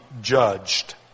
judged